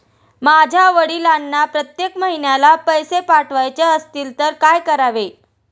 माझ्या वडिलांना प्रत्येक महिन्याला पैसे पाठवायचे असतील तर काय करावे?